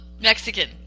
Mexican